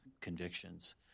convictions